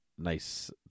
Nice